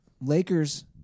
Lakers